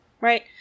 right